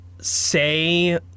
say